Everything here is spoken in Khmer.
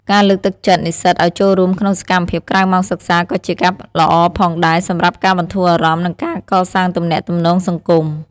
ការលើកទឹកចិត្តនិស្សិតឱ្យចូលរួមក្នុងសកម្មភាពក្រៅម៉ោងសិក្សាក៏ជាការល្អផងដែរសម្រាប់ការបន្ធូរអារម្មណ៍និងការកសាងទំនាក់ទំនងសង្គម។